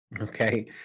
Okay